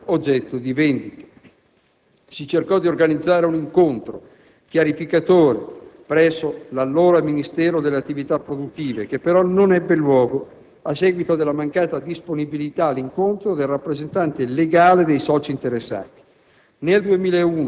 non poteva formare oggetto di vendita. Si cercò di organizzare un incontro chiarificatore presso il Ministero delle attività produttive, che però non ebbe luogo a seguito della mancata disponibilità all'incontro del rappresentante legale dei soci interessati.